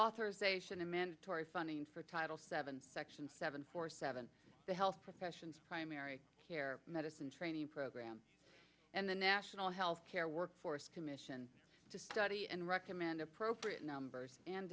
authorization a mandatory funding for title seven section seven four seven the health professions primary care medicine training program and the national health care workforce commission to study and recommend appropriate numbers and